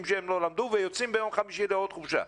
שהם לא למדו וביום חמישי יוצאים לחופשת חנוכה.